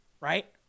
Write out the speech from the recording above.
right